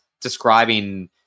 describing